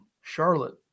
Charlotte